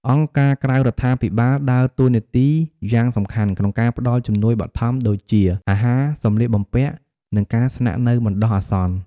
អង្គការក្រៅរដ្ឋាភិបាលដើរតួនាទីយ៉ាងសំខាន់ក្នុងការផ្ដល់ជំនួយបឋមដូចជា អាហារ សម្លៀកបំពាក់ និងការស្នាក់នៅបណ្ដោះអាសន្ន។